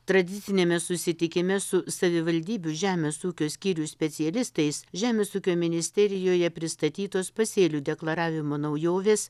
tradiciniame susitikime su savivaldybių žemės ūkio skyrių specialistais žemės ūkio ministerijoje pristatytos pasėlių deklaravimo naujovės